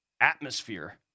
atmosphere